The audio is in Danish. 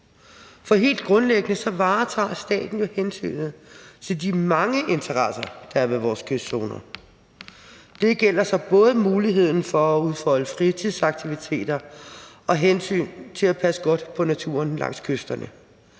For helt grundlæggende varetager staten jo hensynet til de mange interesser, der er i vores kystzoner. Det gælder både muligheden for at udfolde fritidsaktiviteter og hensynet til at passe godt på naturen langs kysterne,